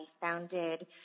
founded